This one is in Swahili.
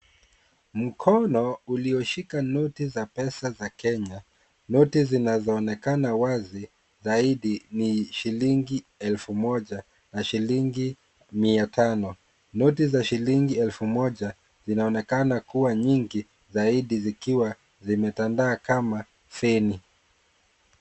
Mkono ulioshika noti za pesa za Kenya. Noti zinazoonekana wazi zaidi ni shilingi elfu moja na shilingi mia tano. Noti za shilingi elfu moja zinaonekana kuwa nyingi zaidi zikiwa zimetandaa kama feni.